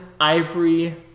ivory